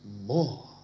more